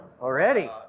Already